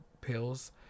pills